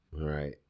right